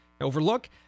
overlook